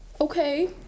okay